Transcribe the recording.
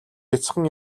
бяцхан